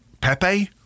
Pepe